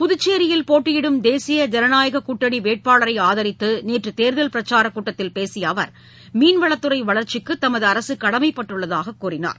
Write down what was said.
புதுச்சேரியில் போட்டியிடும் தேசிய ஜனநாயக கூட்டணி வேட்பாளரை ஆதரித்து நேற்று தேர்தல் பிரச்சாரக் கூட்டத்தில் பேசிய அவர் மீன்வளத்துறை வளர்ச்சிக்கு தமது அரசு கடமைப்பட்டுள்ளதாக கூறினார்